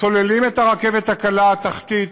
סוללים את הרכבת הקלה התחתית